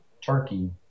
Turkey